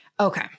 Okay